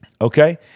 Okay